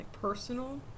personal